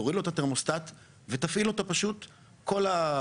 תוריד לו את התרמוסטט ופשוט תפעיל אותו כל השבת.